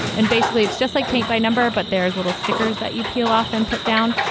and basically, it's just like paint by number. but there is little stickers that you peel off and put down.